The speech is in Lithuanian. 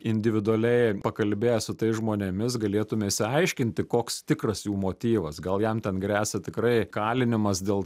individualiai pakalbėję su tais žmonėmis galėtume išsiaiškinti koks tikras jų motyvas gal jam ten gresia tikrai įkalinimas dėl